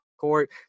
court